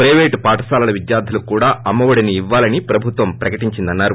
పైపేటు పాఠశాలల విద్యార్లులకు కూడా అమ్మ ఒడిని ఇవ్వాలని ప్రభుత్వం ప్రకటించిందన్నారు